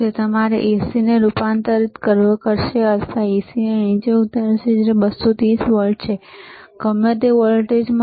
તે તમારા AC ને રૂપાંતરિત કરશે અથવા AC ને નીચે ઉતારશે જે 230 વોલ્ટ છે ગમે તે વોલ્ટેજમાં